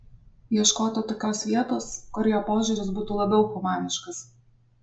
ieškoti tokios vietos kurioje požiūris būtų labiau humaniškas